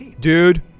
dude